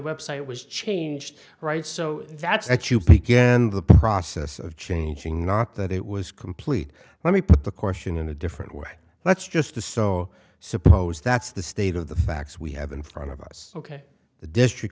website was changed right so that's that's you began the process of changing not that it was complete let me put the question in a different way let's just to so suppose that's the state of the facts we have in front of us ok the district